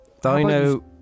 Dino